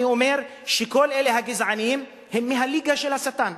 אני אומר שכל אלה הגזענים הם מהליגה של השטן,